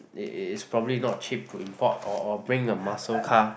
it is probably not cheap to import or or bring a muscle car